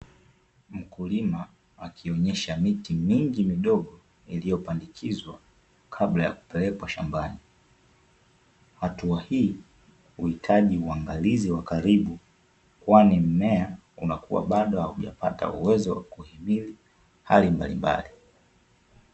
Mkulima akionyesha miti mingi midogo iliyopandikizwa kabla ya kupelekwa shambani. Hatua hii huhitaji uangalizi wa karibu, kwani mmea unakuwa bado haujapata uwezo wa kuhimili hali mbalimbali.